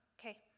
Okay